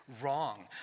wrong